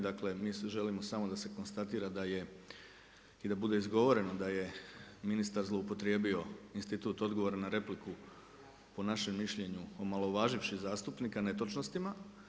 Dakle, mi želimo samo da se konstatira da je i da bude izgovoreno da je ministar zloupotrijebio institut odgovora na repliku, po našem mišljenju omalovaživši zastupnika netočnostima.